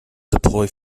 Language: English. deploy